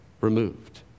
removed